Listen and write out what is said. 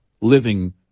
living